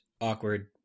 awkward